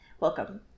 Welcome